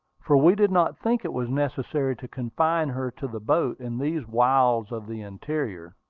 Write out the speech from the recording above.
for we did not think it was necessary to confine her to the boats in these wilds of the interior.